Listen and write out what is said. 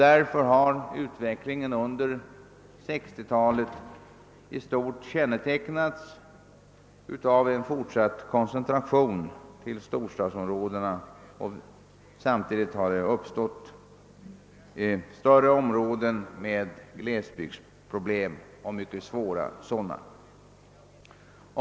Därför har också utvecklingen under 1960-talet i stort kännetecknats av en fortsatt koncentration till storstadsområdena, samtidigt som vi har fått större områden med svåra glesbygdsproblem.